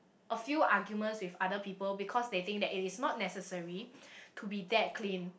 a few arguments with other people because they think that is not necessary to be that clean